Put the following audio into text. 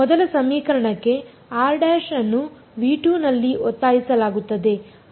ಮೊದಲ ಸಮೀಕರಣಕ್ಕೆ ಅನ್ನು V2 ನಲ್ಲಿರಲು ಒತ್ತಾಯಿಸಲಾಗುತ್ತದೆ